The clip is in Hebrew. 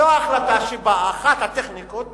זו החלטה שהיא אחת הטכניקות